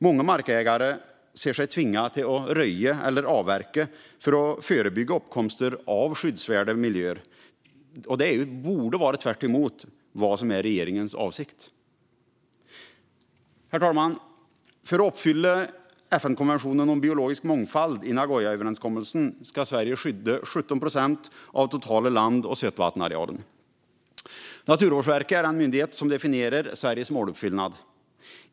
Många markägare ser sig tvingade att röja eller avverka för att förebygga uppkomster av skyddsvärda miljöer, tvärtemot det som borde vara regeringens avsikt. Herr talman! För att uppfylla FN-konventionen om biologisk mångfald i Nagoyaöverenskommelsen ska Sverige skydda 17 procent av den totala land och sötvattensarealen. Naturvårdsverket är den myndighet som definierar Sveriges måluppfyllnad.